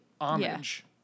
homage